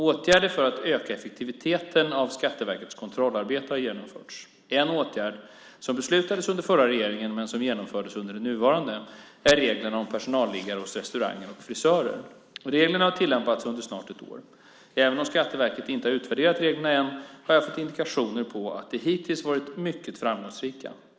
Åtgärder för att öka effektiviteten av Skatteverkets kontrollarbete har genomförts. En åtgärd, som beslutades under den förra regeringen men genomfördes under den nuvarande, är reglerna om personalliggare hos restauranger och frisörer. Reglerna har tillämpats under snart ett år. Även om Skatteverket inte har utvärderat reglerna än, har jag fått indikationer på att de hittills varit mycket framgångsrika.